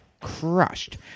crushed